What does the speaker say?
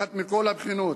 מוזנחת מכל הבחינות.